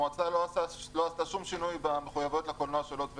המועצה עשתה שום שינוי במחויבויות לקולנוע של הוט ויס.